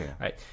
right